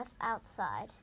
outside